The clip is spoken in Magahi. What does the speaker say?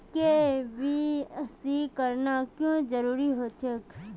के.वाई.सी करना क्याँ जरुरी होचे?